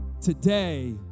today